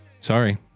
Sorry